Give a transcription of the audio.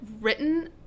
written